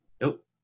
Nope